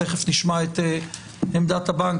תכף נשמע את עמדת הבנק.